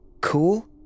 Cool